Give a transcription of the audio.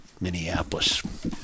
Minneapolis